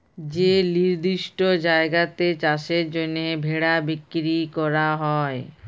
যে লিরদিষ্ট জায়গাতে চাষের জ্যনহে ভেড়া বিক্কিরি ক্যরা হ্যয়